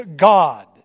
God